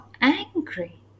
angry